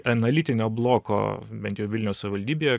analitinio bloko bent jau vilniaus savivaldybėje